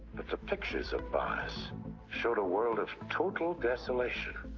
but the pictures of mars showed a world of total desolation.